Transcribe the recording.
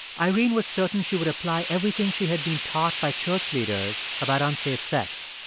irene was certain she would apply everything she had been taught by church leaders about unsafe sex.